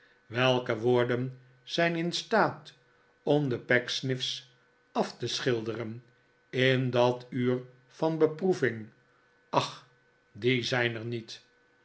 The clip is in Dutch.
welke woorden zijn in staat om de pecksniff's af te schilderen in dat uur van beproeving ach die zijn er niet